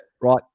Right